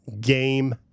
game